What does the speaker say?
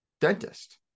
dentist